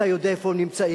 אתה יודע איפה הם נמצאים,